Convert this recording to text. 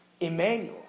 Emmanuel